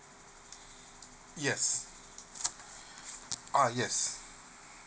yes ah yes